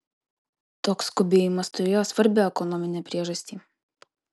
toks skubėjimas turėjo svarbią ekonominę priežastį